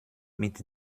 mit